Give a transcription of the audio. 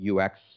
UX